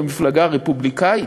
במפלגה הרפובליקנית,